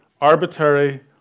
arbitrary